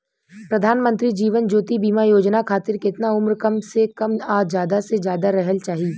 प्रधानमंत्री जीवन ज्योती बीमा योजना खातिर केतना उम्र कम से कम आ ज्यादा से ज्यादा रहल चाहि?